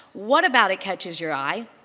what about it catches your eye?